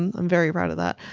i'm very proud of that.